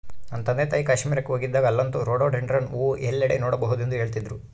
ನನ್ನ ತಂದೆತಾಯಿ ಕಾಶ್ಮೀರಕ್ಕೆ ಹೋಗಿದ್ದಾಗ ಅಲ್ಲಂತೂ ರೋಡೋಡೆಂಡ್ರಾನ್ ಹೂವು ಎಲ್ಲೆಡೆ ನೋಡಬಹುದೆಂದು ಹೇಳ್ತಿದ್ರು